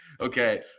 Okay